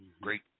great